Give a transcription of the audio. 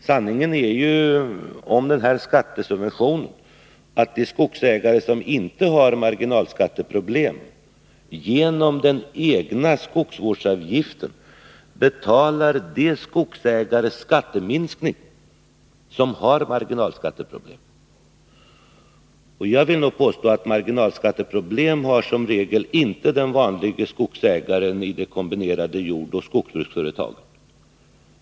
Sanningen om skattesubventionen är ju den att de skogsägare som inte har marginalskatteproblem genom den egna skogsvårdsavgiften betalar skatteminskningen för de skogsägare som har marginalskatteproblem. Jag vill påstå att den vanliga skogsägaren inom det kombinerade jordoch skogsbruksföretaget i regel inte har marginalskatteproblem.